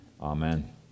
Amen